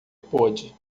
pôde